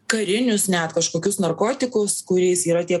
karinius net kažkokius narkotikus kuriais yra tie